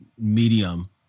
Medium